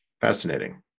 Fascinating